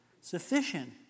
Sufficient